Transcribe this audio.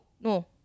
No